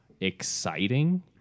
exciting